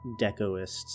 decoists